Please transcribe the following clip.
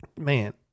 man